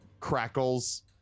crackles